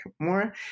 more